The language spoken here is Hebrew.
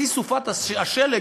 בשיא סופת השלג,